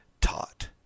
taught